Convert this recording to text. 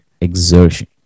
exertion